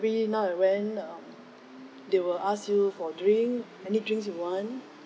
every now and when they will ask you for drink any drinks you want